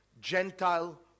Gentile